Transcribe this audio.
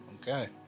Okay